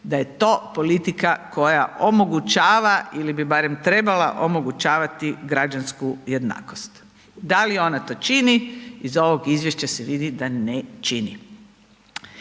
da je to politika koja omogućava ili bi barem trebala omogućavati građansku jednakost. Da li ona to čini, iz ovog izvješća se vidi da ne čini.